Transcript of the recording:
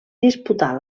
disputà